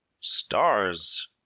Stars